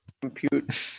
compute